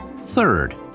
Third